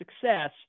success